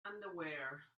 underwear